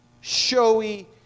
showy